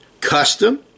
Custom